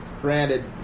granted